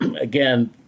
again